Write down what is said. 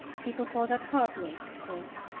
people call that heartless, of course,